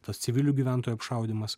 tas civilių gyventojų apšaudymas